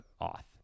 off